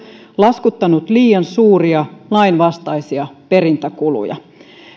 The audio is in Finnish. laskuttanut liian suuria lainvastaisia perintäkuluja myös